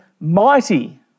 mighty